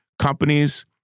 Companies